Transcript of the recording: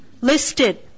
listed